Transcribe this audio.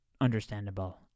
understandable